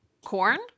Corn